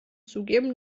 zugeben